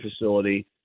facility